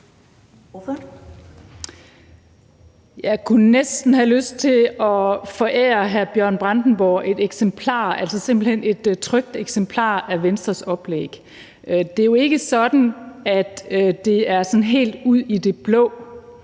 Jeg kunne næsten have lyst til at forære hr. Bjørn Brandenborg et trykt eksemplar af Venstres oplæg. Det er jo ikke sådan, at det er sådan helt ud i det blå.